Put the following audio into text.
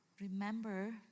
Remember